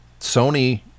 Sony